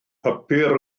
papur